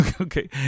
okay